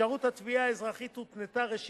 אפשרות התביעה האזרחית הותנתה, ראשית,